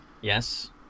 Yes